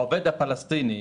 העובד הפלסטיני,